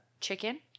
chicken